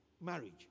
marriage